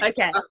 Okay